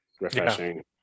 Refreshing